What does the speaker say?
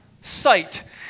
sight